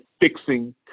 fixing